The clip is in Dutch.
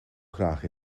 graag